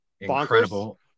incredible